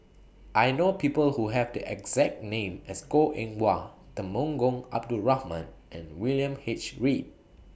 I know People Who Have The exact name as Goh Eng Wah Temenggong Abdul Rahman and William H Read